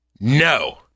No